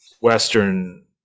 western